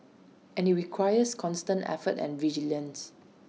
and IT requires constant effort and vigilance